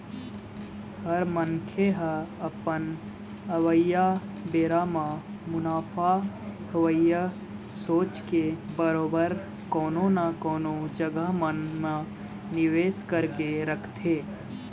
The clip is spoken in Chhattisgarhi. हर मनखे ह अपन अवइया बेरा म मुनाफा होवय सोच के बरोबर कोनो न कोनो जघा मन म निवेस करके रखथे